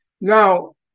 Now